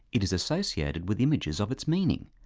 it is associated with images of its meaning,